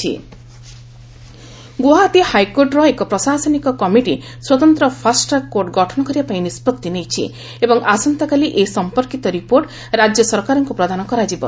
HC Guwahati Guwahati ହାଇକୋର୍ଟର ଏକ ପ୍ରଶାସନିକ କମିଟି ସ୍ୱତନ୍ତ୍ର ଫାଷ୍ଟ ଟ୍ରାକ୍ କୋର୍ଟ ଗଠନ କରିବାପାଇଁ ନିଷ୍ପଭି ନେଇଛି ଏବଂ ଆସନ୍ତାକାଲି ଏ ସମ୍ପର୍କିତ ରିପୋର୍ଟ ରାଜ୍ୟ ସରକାରଙ୍କୁ ପ୍ରଦାନ କରାଯିବ